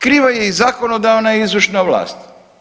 Kriva je i zakonodavna i izvršna vlast.